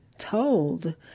Told